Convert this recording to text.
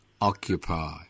occupy